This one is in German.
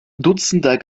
dutzender